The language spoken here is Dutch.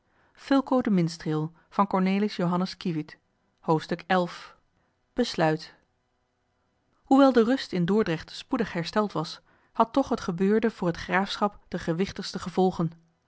hoofdstuk besluit hoewel de rust in dordrecht spoedig hersteld was had toch het gebeurde voor het graafschap de gewichtigste gevolgen